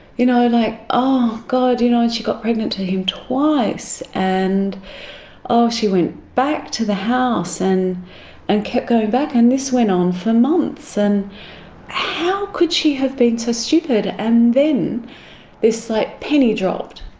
you know, like, oh god, you know and she got pregnant to him twice, and she went back to the house and and kept going back, and this went on for months, and how could she have been so stupid? and then this like penny dropped,